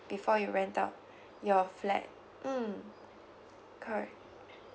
before you rent out your flat mm correct